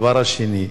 הדבר השני,